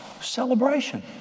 Celebration